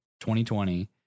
2020